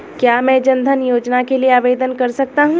क्या मैं जन धन योजना के लिए आवेदन कर सकता हूँ?